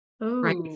right